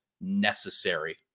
necessary